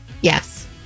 Yes